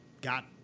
got